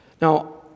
Now